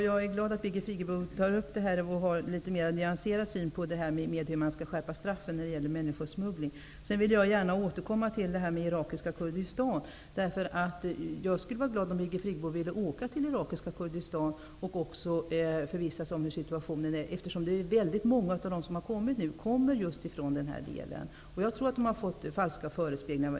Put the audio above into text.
Herr talman! Jag är glad över att Birgit Friggebo tar upp diskussionen om hur man skall skärpa straffen för människosmuggling och ger en mer nyanserad syn. Jag vill återkomma till irakiska Kurdistan. Jag skulle vara glad om Birgit Friggebo ville åka till irakiska Kurdistan för att förvissa sig om hur situationen är. Väldigt många av dem som nu har kommit hit kommer just därifrån. Enligt uppgifter som jag har, har de kommit under falska förespeglingar.